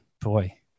boy